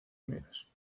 unidos